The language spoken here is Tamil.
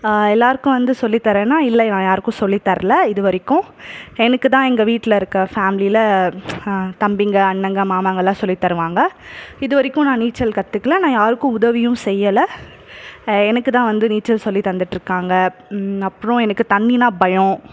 எல்லோருக்கும் வந்து சொல்லி தரேன்னா இல்லை நான் யாருக்கும் சொல்லி தர்லை இதுவரைக்கும் எனக்கு தான் எங்கள் வீட்டில் இருக்கற ஃபேமிலியில் தம்பிங்கள் அண்ணங்கள் மாமாங்கலாம் சொல்லித் தருவாங்க இதுவரைக்கும் நான் நீச்சல் கற்றுக்கல நான் யாருக்கும் உதவியும் செய்யலை எனக்கு தான் வந்து நீச்சல் சொல்லி தந்துகிட்டுருக்காங்க அப்புறோம் எனக்கு தண்ணின்னால் பயம்